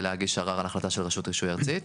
להגיש ערר על החלטה של רשות רישוי ארצית.